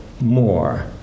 more